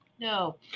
no